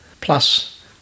plus